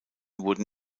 wurden